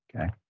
Okay